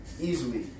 easily